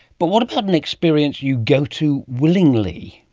but what about an experience you go to willingly?